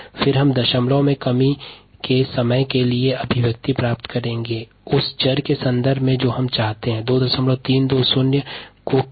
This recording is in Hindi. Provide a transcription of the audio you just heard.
तदोपरांत हम दशमलव में कमी के अनुसार के समय के लिए आवश्यकतानुसार चर राशि के लिए अभिव्यक्ति लिखते हैं